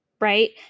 right